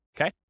Okay